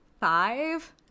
five